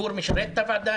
גור משרת את הוועדה,